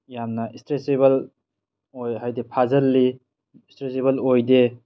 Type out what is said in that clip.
ꯌꯥꯝꯅ ꯏꯁꯇꯔꯦꯠꯆꯦꯕꯜ ꯑꯣꯏ ꯍꯥꯏꯗꯤ ꯐꯥꯖꯤꯜꯂꯤ ꯏꯁꯇ꯭ꯔꯦꯠꯆꯦꯕꯜ ꯑꯣꯏꯗꯦ